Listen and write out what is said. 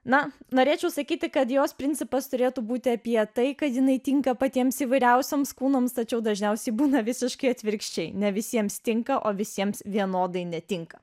na norėčiau sakyti kad jos principas turėtų būti apie tai kad jinai tinka patiems įvairiausiems kūnams tačiau dažniausiai būna visiškai atvirkščiai ne visiems tinka o visiems vienodai netinka